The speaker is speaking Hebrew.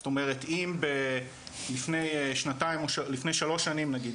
זאת אומרת אם לפני שלוש שנים נגיד,